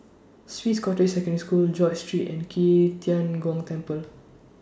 Swiss Cottage Secondary School George Street and Qi Tian Gong Temple